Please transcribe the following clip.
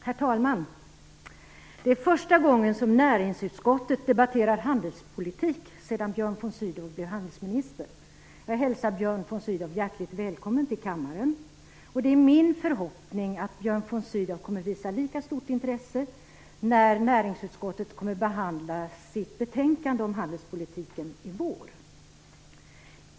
Herr talman! Detta är första gången som näringsutskottet debatterar handelspolitik sedan Björn von Sydow blev handelsminister. Jag hälsar Björn von Sydow hjärtligt välkommen till kammaren. Det är min förhoppning att Björn von Sydow kommer att visa lika stort intresse när näringsutskottet kommer att behandla sitt betänkande om handelspolitiken senare i vår.